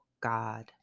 God